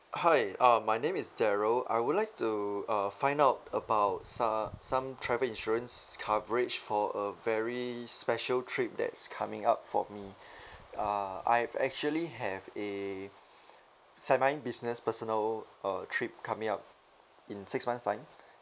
hi uh my name is daryl I would like to uh find out about so~ some travel insurance coverage for a very special trip that's coming up for me uh I've actually have a semi business personal uh trip coming up in six months' time